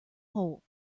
hole